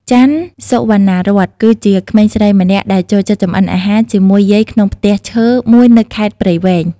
ចាន់ សុវណ្ណារ័ត្ន គឺជាក្មេងស្រីម្នាក់ដែលចូលចិត្តចម្អិនអាហារជាមួយយាយក្នុងផ្ទះឈើមួយនៅខេត្តព្រៃវែង។